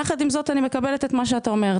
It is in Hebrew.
יחד עם זאת, אני מקבלת את מה שאתה אומר.